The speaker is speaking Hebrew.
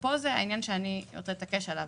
פה זה העניין שאני רוצה להתעקש עליו.